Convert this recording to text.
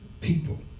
people